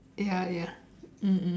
ya ya